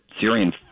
Syrian